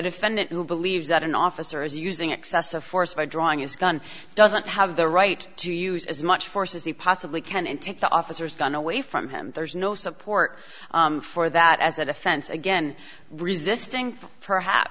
defendant who believes that an officer is using excessive force by drawing his gun doesn't have the right to use as much force as he possibly can and take the officer's gun away from him there's no support for that as a defense again resisting perhaps